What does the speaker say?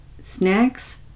snacks